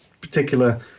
particular